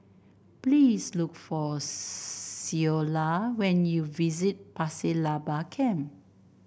please look for Ceola when you visit Pasir Laba Camp